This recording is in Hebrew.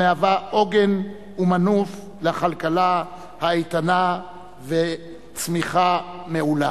המשמשת עוגן ומנוף לכלכלה איתנה וצמיחה מעולה.